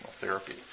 therapy